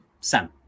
Sam